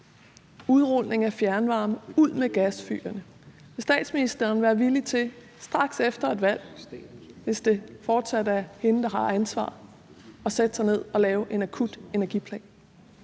udrulles fjernvarme, og gasfyrene skal ud. Vil statsministeren være villig til straks efter et valg – hvis det fortsat er hende, der har ansvaret – at sætte sig ned og lave en akut energiplan?